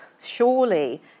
surely